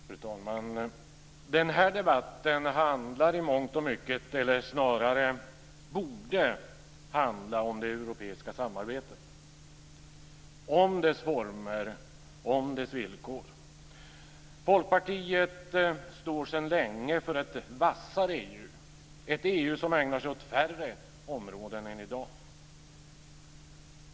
Fru talman! Den här debatten handlar i mångt och mycket om, eller snarare borde handla om, det europeiska samarbetet, om dess former och villkor. Folkpartiet står sedan länge för ett vassare EU, ett EU som ägnar sig åt färre områden än i dag.